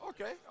Okay